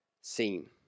seen